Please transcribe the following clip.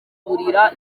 gusagurira